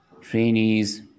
trainees